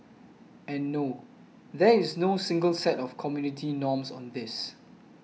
and no there is no single set of community norms on this